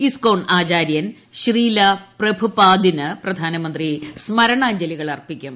ഇസ്ക് കോൺ ആചാര്യൻ ശ്രീല പ്രഭുപാദിന് പ്രധാനമന്ത്രി സ്മരണാഞ്ജലികൾ അർപ്പിക്കും